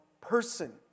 person